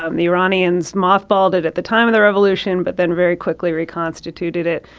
um the iranians mothballed it at the time of the revolution, but then very quickly reconstituted it.